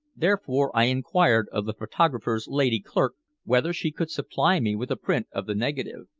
therefore i inquired of the photographer's lady-clerk whether she could supply me with a print of the negative.